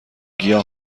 گیاه